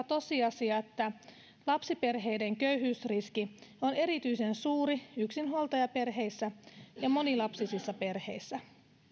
tosiasia että lapsiperheiden köyhyysriski on erityisen suuri yksinhuoltajaperheissä ja monilapsisissa perheissä